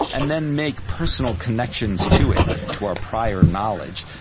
and then make personal connections to it, to our prior knowledge.